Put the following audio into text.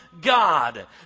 God